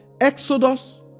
Exodus